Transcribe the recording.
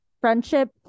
friendship